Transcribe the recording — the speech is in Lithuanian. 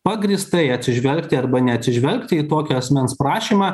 pagrįstai atsižvelgti arba neatsižvelgti į tokio asmens prašymą